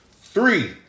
Three